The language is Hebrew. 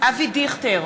אבי דיכטר,